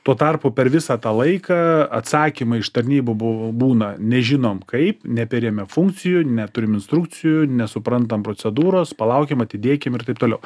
tuo tarpu per visą tą laiką atsakymai iš tarnybų bū būna nežinom kaip neperėmė funkcijų neturim instrukcijų nesuprantam procedūros palaukiam atidėkim ir taip toliau